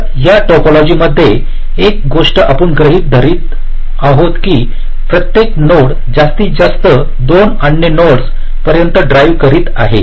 तर या टोपोलॉजी मध्ये एक गोष्ट आपण गृहित धरत आहोत की प्रत्येक नोड जास्तीत जास्त 2 अन्य नोड्स पर्यंत ड्राईव्ह करीत आहे